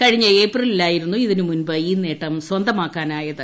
കഴിഞ്ഞ ഏപ്രിലിലായിരുന്നു ഇതിന് മുൻപ് ഈ നേട്ടം സ്വന്തമാക്കാനായത്